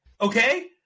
Okay